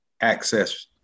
access